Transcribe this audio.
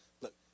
look